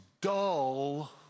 dull